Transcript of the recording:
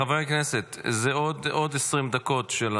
חברי הכנסת, זה עוד 20 דקות של